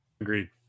Agreed